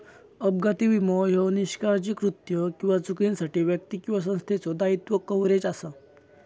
अपघाती विमो ह्यो निष्काळजी कृत्यो किंवा चुकांसाठी व्यक्ती किंवा संस्थेचो दायित्व कव्हरेज असा